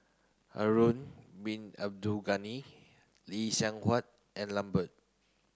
Harun Bin Abdul Ghani Lee Seng Huat and Lambert